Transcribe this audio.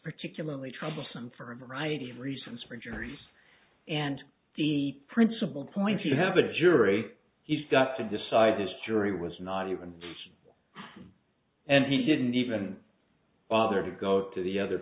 particularly troublesome for a variety of reasons for injuries and the principal points you have a jury he's got to decide this jury was not even and he didn't even bother to go to the other